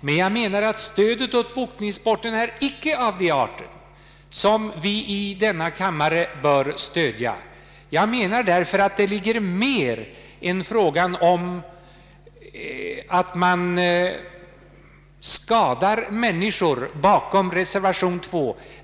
Men jag anser att stödet till boxningssporten inte är av den art som vi i denna kammare bör stödja. Jag menar därför att det ligger mer än frågan om att man skadar människor bakom reservation 2.